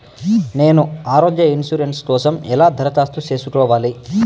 నేను ఆరోగ్య ఇన్సూరెన్సు కోసం ఎలా దరఖాస్తు సేసుకోవాలి